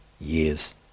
years